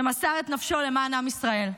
שמסר את נפשו למען עם ישראל,